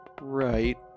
Right